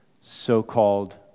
so-called